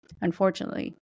unfortunately